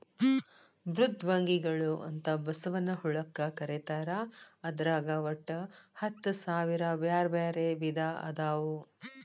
ಮೃದ್ವಂಗಿಗಳು ಅಂತ ಬಸವನ ಹುಳಕ್ಕ ಕರೇತಾರ ಅದ್ರಾಗ ಒಟ್ಟ ಹತ್ತಸಾವಿರ ಬ್ಯಾರ್ಬ್ಯಾರೇ ವಿಧ ಅದಾವು